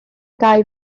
gau